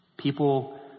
People